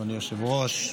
אדוני היושב-ראש,